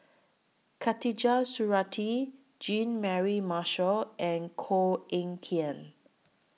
Khatijah Surattee Jean Mary Marshall and Koh Eng Kian